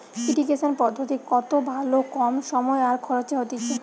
irrigation পদ্ধতি কত ভালো কম সময় আর খরচে হতিছে